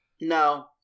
No